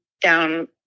down